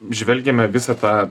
žvelgiame visą tą